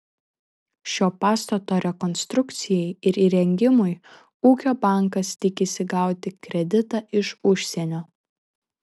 šio pastato rekonstrukcijai ir įrengimui ūkio bankas tikisi gauti kreditą iš užsienio